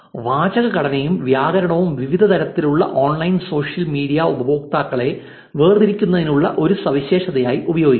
വാചക ഘടനയും വ്യാകരണവും വിവിധ തരത്തിലുള്ള ഓൺലൈൻ സോഷ്യൽ മീഡിയ ഉപയോക്താക്കളെ വേർതിരിക്കുന്നതിനുള്ള ഒരു സവിശേഷതയായി ഉപയോഗിക്കാം